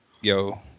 Yo